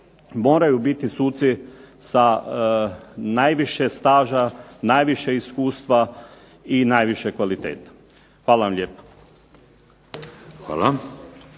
moraju biti suci sa najviše staža, najviše iskustva i najviše kvaliteta. Hvala. **Šeks,